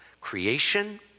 creation